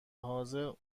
حاضر